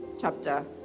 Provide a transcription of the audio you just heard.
chapter